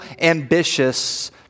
ambitious